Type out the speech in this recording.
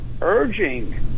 urging